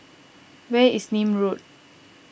where is Nim Road